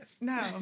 No